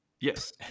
Yes